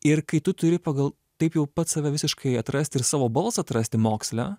ir kai tu turi pagal taip jau pats save visiškai atrasti ir savo balsą atrasti moksle